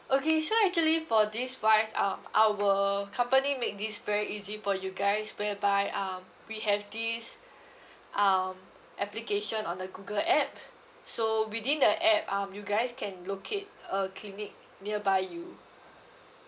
okay so actually for this wise um our company make this very easy for you guys whereby um we have this um application on the google app so within the app um you guys can locate a clinic nearby you